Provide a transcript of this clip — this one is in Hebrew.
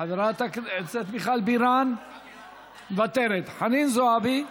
חברת הכנסת מיכל בירן, מוותרת, חנין זועבי,